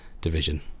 division